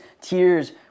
tears